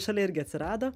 šalia irgi atsirado